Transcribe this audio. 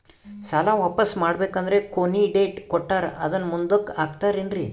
ಸಾಲ ವಾಪಾಸ್ಸು ಮಾಡಬೇಕಂದರೆ ಕೊನಿ ಡೇಟ್ ಕೊಟ್ಟಾರ ಅದನ್ನು ಮುಂದುಕ್ಕ ಹಾಕುತ್ತಾರೇನ್ರಿ?